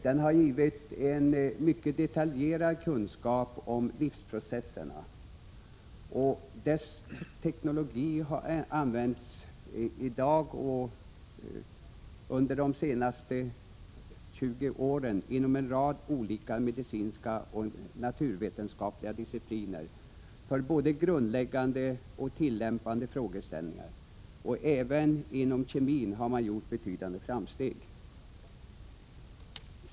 Den har givit en mycket detaljerad kunskap om livsprocesserna, och dess teknologi har under de senaste 20 åren använts inom en rad olika medicinska och naturvetenskapliga discipliner för både grundläggande och tillämpande frågeställningar. Även inom kemin har man gjort betydande framsteg.